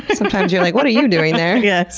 sometimes you're like, what are you doing there? yeah,